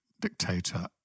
dictator